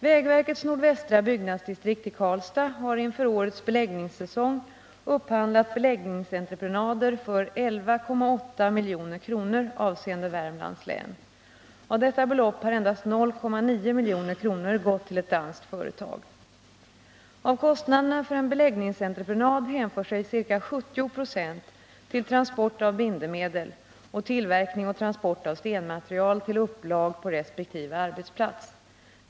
Vägverkets nordvästra byggnadsdistrikt i Karlstad har inför årets beläggningssäsong upphandlat beläggningsentreprenader för 11,8 milj.kr. avseende Värmlands län. Av detta belopp har endast 0,9 milj.kr. gått till ett danskt Av kostnaderna för en beläggningsentreprenad hänför sig ca 70 96 till transport av bindemedel och tillverkning och transport av stenmaterial till upplag på resp. arbetsplats.